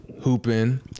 hooping